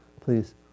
Please